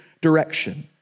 direction